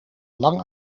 lang